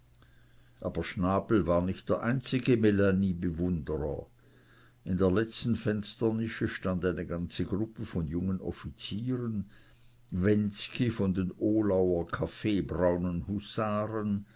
aber schnabel war nicht der einzige melanie bewunderer in der letzten fensternische stand eine ganze gruppe von jungen offizieren wensky von den ohlauer kaffeebraunen